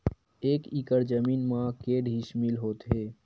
एक एकड़ जमीन मा के डिसमिल होथे?